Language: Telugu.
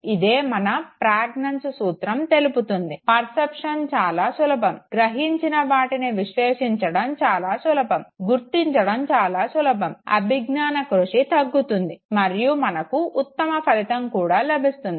ఇదే మన ప్రజ్ఞాంజ్ సూత్రం తెలుపుతుంది పర్సెప్షన్ చాలా సులభం గ్రహించినవాటిని విశ్లేషించడం చాలా సులభం గుర్తించడం చాలా సులభం అభిజ్ఞాన కృషి తగ్గుతుంది మరియు మనకు ఉత్తమ ఫలితం కూడా లభిస్తుంది